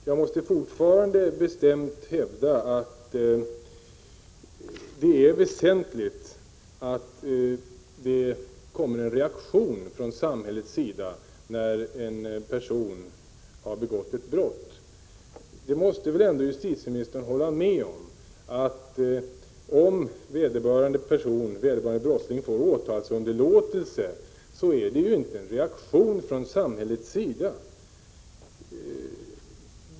Jag måste dock fortfarande bestämt hävda att det är väsentligt att det kommer en reaktion från samhällets sida när en person har begått ett brott. Justitieministern måste väl ändå hålla med om, att om vederbörande brottsling får åtalsunderlåtelse, är det inte en reaktion från samhällets sida.